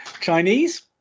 Chinese